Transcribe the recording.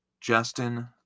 Justin